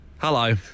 Hello